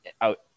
out